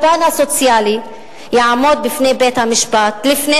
שהפן הסוציאלי יעמוד בפני בית-המשפט לפני